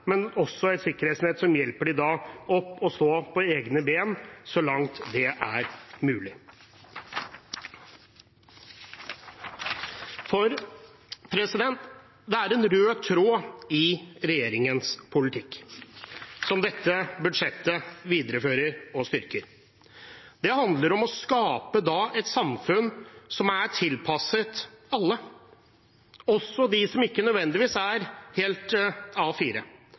men også et sikkerhetsnett som hjelper dem opp å stå på egne ben, så langt det er mulig. Det er en rød tråd i regjeringens politikk som dette budsjettet viderefører og styrker. Det handler om å skape et samfunn som er tilpasset alle, også de som ikke nødvendigvis er helt